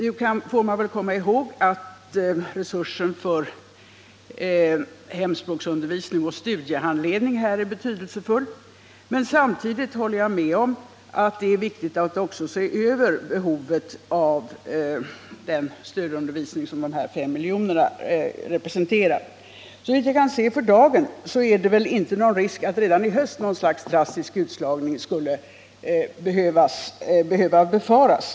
Nu får vi komma ihåg att resursen för hemspråksundervisning och studiehandledning är betydelsefull, men samtidigt håller jag med om att det är viktigt att också se över behovet av den stödundervisning som de 5 miljonerna representerar. Såvitt jag kan se för dagen är det inte någon risk för att något slags drastisk utslagning redan i höst skall behöva befaras.